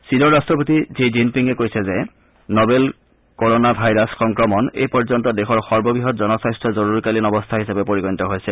চীনৰ ৰাট্টপতি ঝি জিনপিঙে কৈছে যে নবেল কৰনা ভাইৰাছ সংক্ৰমণ এই পৰ্যন্ত দেশৰ সৰ্ববৃহৎ জনস্বাস্থ্য জৰুৰীকালীন অৱস্থা হিচাপে পৰিগণিত হৈছে